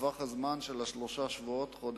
בטווח זמן של שלושה שבועות עד חודש.